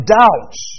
doubts